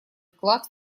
вклад